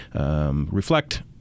reflect